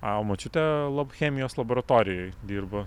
o močiutė lab chemijos laboratorijoj dirbo